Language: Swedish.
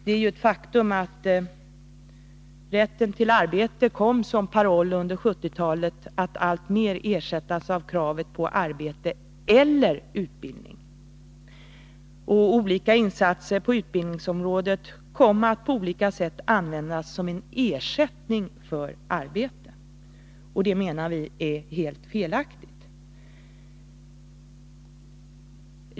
Det är ett faktum att rätten till arbete som paroll under 1970-talet kom att alltmera ersättas av kravet på arbete eller utbildning. Skilda insatser på utbildningsområdet kom att på olika sätt användas som ersättning för arbete. Det, menar vi, är helt fel.